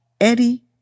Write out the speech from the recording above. Eddie